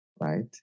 right